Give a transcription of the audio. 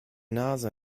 nase